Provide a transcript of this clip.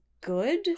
good